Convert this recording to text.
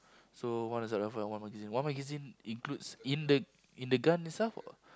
so one assault-rifle and one magazine one magazine includes in the in the gun itself or